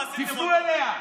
תפנו אליה.